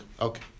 Okay